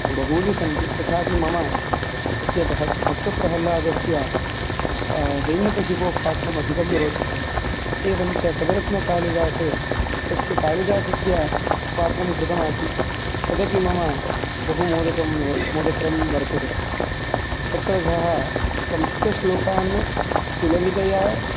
बहूनि सन्ति तथापि मम तस्य भक्तप्रह्लादस्य हिरण्यकशिपोः पात्रम् अधिकं रोचते एवं च कविरत्नकालिदासे तस्य काळिदासस्य पात्रं कृतमासीत् तदपि मम बहु मोदकरं वर्तते तत्र सः संस्कृतश्लोकान् सुललितया